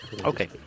Okay